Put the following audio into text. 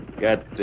Got